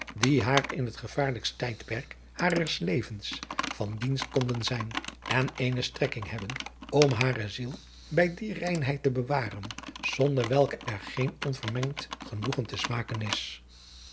die haar in het gevaarlijkst tijdperk hares levens van dienst konden zijn en eene strekking hebben om hare ziel bij die reinheid te bewaren zonder welke er geen onvermengd genoegen te smaken is